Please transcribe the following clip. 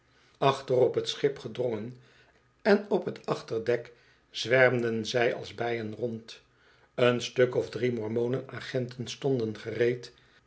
achter op t schip gedrongen en op t achterdek zwermden zij als bijen rond een stuk'of drie mormonenagenten stonden gereed